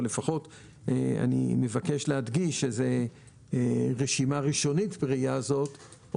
לפחות אני מבקש להדגיש שזו רשימה ראשונית בראייה זאת,